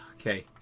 okay